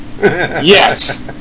Yes